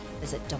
visit